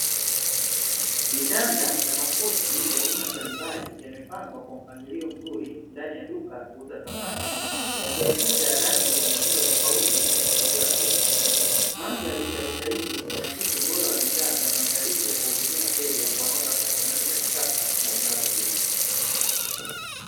Vitanda na makochi ya aina mbalimbali yamepangwa kwa mpangilio mzuri ndani ya duka la kuuza samani, yakionesha rangi na mitindo tofauti ya kuvutia wateja mandhari ya duka hili linaakisi ubora wa bidhaa na maandalizi ya kuwahudumia wateja wanaotafuta samani za kisasa na zinazodumu.